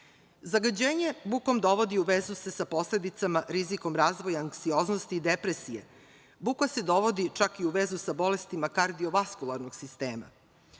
zadatke. Zagađenje bukom dovodi se u vezu sa posledicama rizikom razvoja anksioznosti i depresije. Buka se dovodi čak i u vezu sa bolestima kardio-vaskularnog sistema.